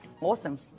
awesome